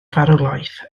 farwolaeth